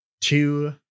two